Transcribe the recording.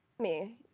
me.